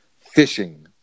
fishing